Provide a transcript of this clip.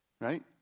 right